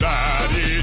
Daddy